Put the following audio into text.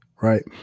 right